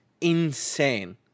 insane